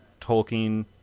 Tolkien